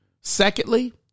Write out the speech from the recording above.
Secondly